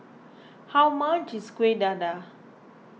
how much is Kuih Dadar